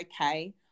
okay